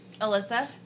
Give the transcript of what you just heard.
Alyssa